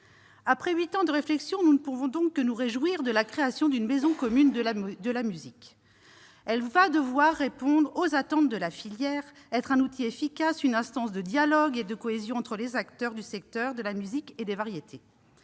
Après huit ans de réflexion, nous ne pouvons donc que nous réjouir de la création d'une maison commune de la musique. Cette maison commune va devoir répondre aux attentes de la filière, être un outil efficace, une instance de dialogue et de cohésion entre les acteurs du secteur de la musique et des variétés.